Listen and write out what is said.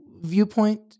viewpoint